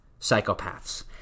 psychopaths